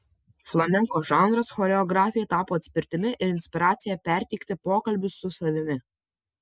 flamenko žanras choreografei tapo atspirtimi ir inspiracija perteikti pokalbius su savimi